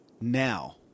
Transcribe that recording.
now